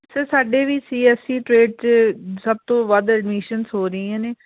sir ਸਾਡੇ ਵੀ C S E trade 'ਚ ਸਭ ਤੋਂ ਵੱਧ ਐਡਮੀਸ਼ਨਜ਼ ਹੋ ਰਹੀਆਂ ਨੇ